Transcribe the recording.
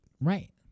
Right